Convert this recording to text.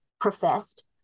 professed